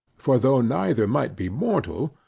for though neither might be mortal,